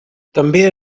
també